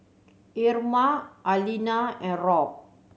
Irma Alina and Robb